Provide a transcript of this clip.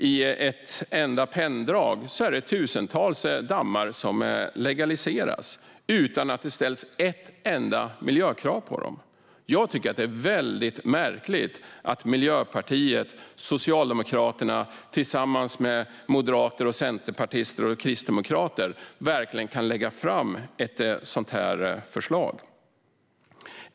I ett enda penndrag legaliserar man tusentals dammar utan att det ställs några miljökrav alls på dem. Jag tycker att det är väldigt märkligt att Miljöpartiet och Socialdemokraterna tillsammans med moderater, centerpartister och kristdemokrater kan lägga fram ett sådant förslag.